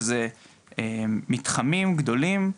שזה מתחמים גדולים.